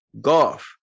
Golf